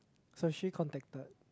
so she contacted